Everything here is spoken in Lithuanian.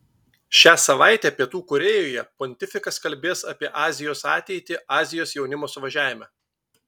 šią savaitę pietų korėjoje pontifikas kalbės apie azijos ateitį azijos jaunimo suvažiavime